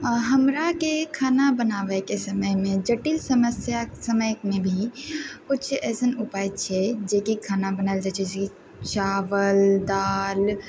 हमराके खाना बनाबैके समयमे जटिल समस्याके समयमे भी किछु एसन उपाय छै जे कि खाना बनाएल जाइ छै जइसे कि चावल दाल